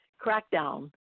crackdown